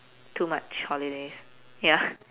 too much holidays ya